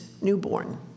newborn